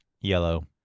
Yellow